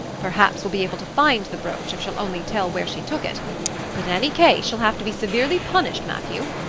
perhaps we'll be able to find the brooch if she'll only tell where she took it but in any case she'll have to be severely punished, matthew.